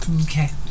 Okay